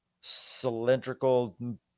cylindrical